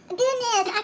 goodness